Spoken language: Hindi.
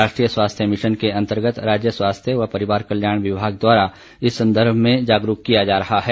राष्ट्रीय स्वास्थ्य मिशन के अंतर्गत राज्य स्वास्थ्य एवं परिवार कल्याण विभाग द्वारा इस संदर्भ में जागरूक किया जा रहा है